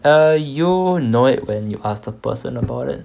uh you know it when you ask the person about it